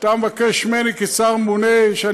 שאתה מבקש ממני, כשר הממונה,